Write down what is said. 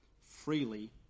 freely